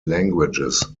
languages